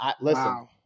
listen